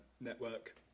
network